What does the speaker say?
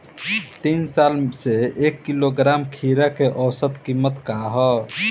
तीन साल से एक किलोग्राम खीरा के औसत किमत का ह?